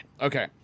Okay